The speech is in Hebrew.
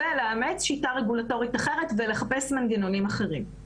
לאמץ שיטה רגולטורית אחרת ולחפש מנגנונים אחרים.